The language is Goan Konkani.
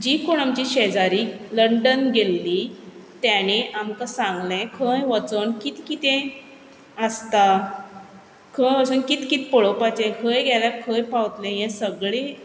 जी कोण आमची शेजारी लंडन गेल्ली त्यांणे आमकां सांगलें खंय वचोन कित कितें आसता खंय वचोन कित कितें पळोपाचें खंय गेल्यार खंय पावतलें हें सगलें